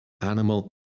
animal